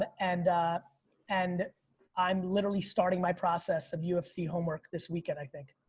and and i'm literally starting my process of ufc homework this weekend i think.